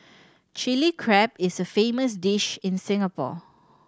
Chilli Crab is a famous dish in Singapore